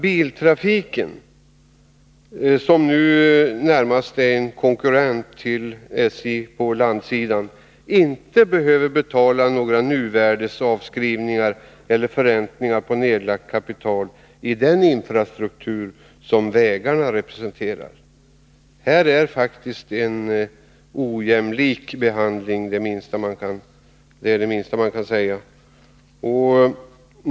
Biltrafiken, som ju närmast är en konkurrent till SJ på landsidan, behöver inte betala några nyvärdesavskrivningar eller förräntningar på nedlagt kapital i den infrastruktur som vägarna representerar. Här är det faktiskt en ojämlik behandling — det är det minsta man kan säga.